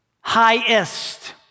highest